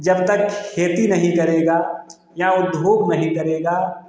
जब तक खेती नहीं करेगा या उद्योग नहीं करेगा